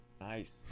Nice